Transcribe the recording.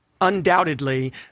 undoubtedly